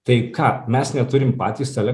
tai ką mes neturim patys save